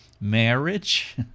marriage